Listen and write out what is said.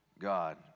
God